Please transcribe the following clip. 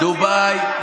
דובאי,